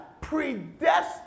predestined